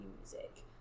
music